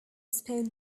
spawned